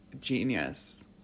genius